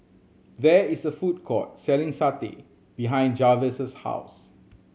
there is a food court selling satay behind Jarvis' house